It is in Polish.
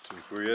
Dziękuję.